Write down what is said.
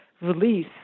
release